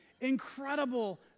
incredible